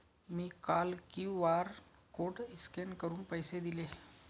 मी काल QR code scan करून पैसे दिले